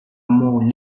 more